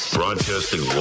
Broadcasting